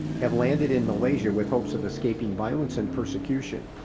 have landed in malaysia with hopes of escaping violence and persecution.